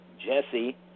Jesse